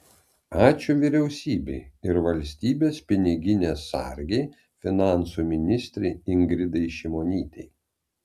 ačiū vyriausybei ir valstybės piniginės sargei finansų ministrei ingridai šimonytei